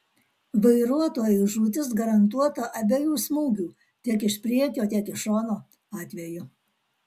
vairuotojui žūtis garantuota abiejų smūgių tiek iš priekio tiek iš šono atveju